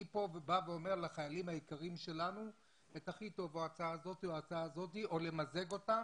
אני אומר לחיילים היקרים שלנו את הכי טוב בהצעה הזאת - או למזג אותה